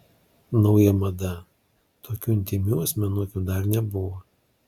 nauja mada tokių intymių asmenukių dar nebuvo